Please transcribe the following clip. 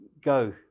go